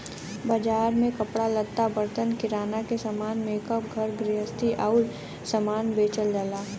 बाजार में कपड़ा लत्ता, बर्तन, किराना के सामान, मेकअप, घर गृहस्ती आउर सामान बेचल जाला